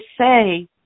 say